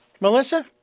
Melissa